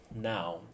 now